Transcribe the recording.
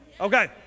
Okay